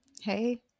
Hey